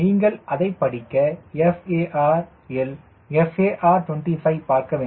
நீங்கள் அதைப் படிக்க FAR இல் FAR25 பார்க்க வேண்டும்